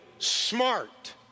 Smart